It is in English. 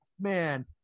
Man